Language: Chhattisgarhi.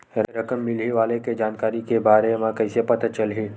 रकम मिलही वाले के जानकारी के बारे मा कइसे पता चलही?